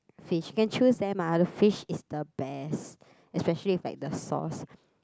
fish you can choose them ah the fish is the best especially with like the sauce